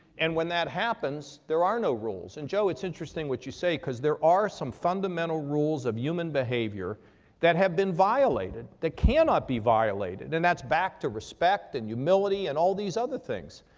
and when that happens there are no rules. and, joe, it's interesting what you stay because there are some fundamental rules of human behavior that have been violated, that cannot be violated, and that's back to respect and humility and all these other things.